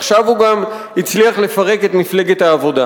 עכשיו הוא גם הצליח לפרק את מפלגת העבודה.